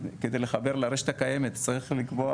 כדי לחבר לרשת הקיימת, צריך לקבוע